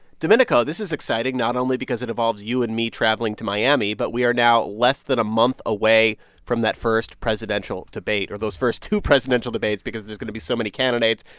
domenico, this is exciting not only because it involves you and me traveling to miami. but we are now less than a month away from that first presidential debate or those first two presidential debates because there's going to be so many candidates,